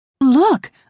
Look